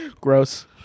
Gross